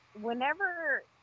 whenever